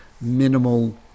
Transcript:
minimal